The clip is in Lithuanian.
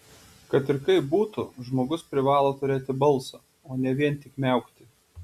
kad ir kaip būtų žmogus privalo turėti balsą o ne vien tik miaukti